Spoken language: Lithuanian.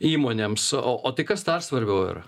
įmonėms o o tai kas dar svarbiau yra